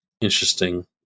Interesting